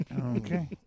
Okay